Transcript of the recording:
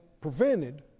prevented